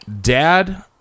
dad